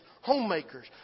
homemakers